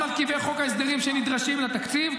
-- גם על מרכיבי חוק ההסדרים שנדרשים לתקציב,